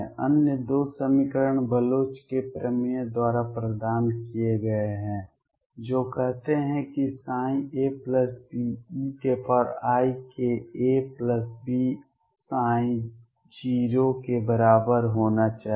अन्य दो समीकरण बलोच के प्रमेय द्वारा प्रदान किए गए हैं जो कहते हैं कि ab eikabψ के बराबर होना चाहिए